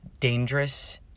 dangerous